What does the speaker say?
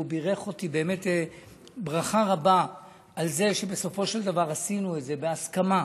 הוא בירך אותי ברכה רבה על זה שבסופו של דבר עשינו את זה בהסכמה.